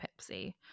Pepsi